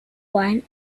wine